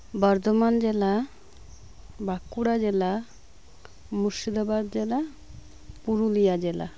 ᱵᱚᱨᱫᱷᱚᱢᱟᱱ ᱡᱮᱞᱟ ᱵᱟᱠᱩᱲᱟ ᱡᱮᱞᱟ ᱢᱩᱨᱥᱤ ᱫᱟᱵᱟᱫᱽ ᱡᱮᱞᱟ ᱯᱩᱨᱩᱞᱤᱭᱟ ᱡᱮᱞᱟ